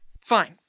Fine